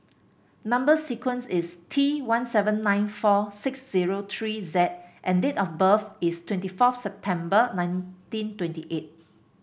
number sequence is T one seven nine four six zero three Z and date of birth is twenty fourth September nineteen twenty eight